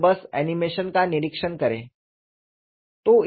और बस एनीमेशन का निरीक्षण करें